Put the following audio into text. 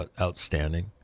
outstanding